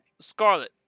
Scarlet